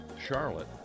Charlotte